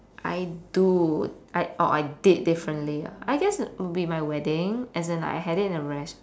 I do I or I did differently ah I guess it would be my wedding as in like I had it in a res~